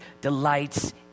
delights